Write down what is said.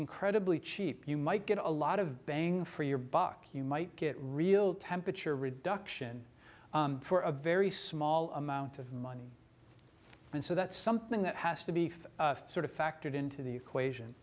incredibly cheap you might get a lot of bang for your buck you might get real temperature reduction for a very small amount of money and so that's something that has to be sort of factored into the equation